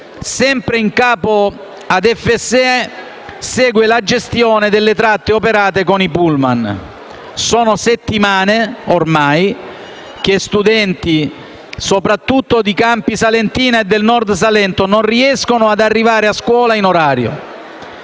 del Sud Est è imputata la gestione delle tratte operate con i pullman. Sono settimane ormai che studenti, soprattutto di Campi Salentina e del Nord Salento, non riescono ad arrivare a scuola in orario.